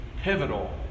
pivotal